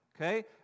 okay